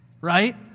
right